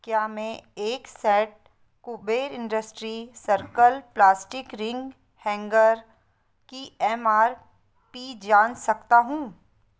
क्या मैं एक set Kuber industries circle plastic ring hanger की एम आर पी जान सकता हूँ